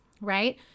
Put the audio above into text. right